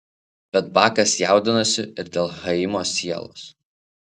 bet bakas jaudinosi ir dėl chaimo sielos